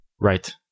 Right